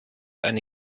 eine